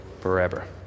forever